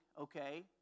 okay